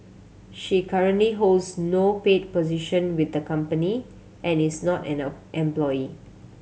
she currently holds no paid position with the company and is not and employee